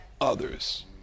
others